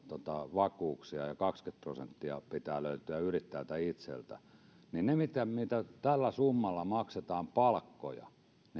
vakuuksia ja ja kaksikymmentä prosenttia pitää löytyä yrittäjältä itseltään niin sitä mitä tällä summalla maksetaan palkkoja